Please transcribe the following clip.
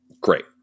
Great